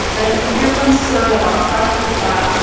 and if you're concerned about saturated fat,